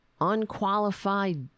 unqualified